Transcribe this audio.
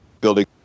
building